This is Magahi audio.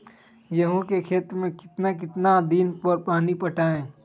गेंहू के खेत मे कितना कितना दिन पर पानी पटाये?